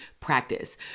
practice